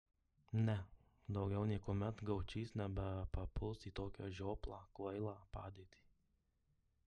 ne daugiau niekuomet gaučys nebepapuls į tokią žioplą kvailą padėtį